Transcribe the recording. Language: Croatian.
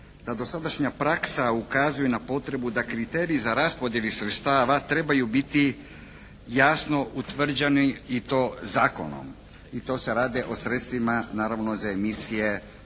da dosadašnja praksa ukazuje na potrebu da kriteriji za raspodjelu sredstava trebaju biti jasno utvrđeni i to zakonom. I to se radi o sredstvima naravno za emisije